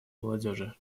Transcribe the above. молодежи